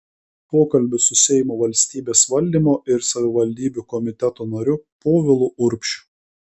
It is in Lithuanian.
pokalbis su seimo valstybės valdymo ir savivaldybių komiteto nariu povilu urbšiu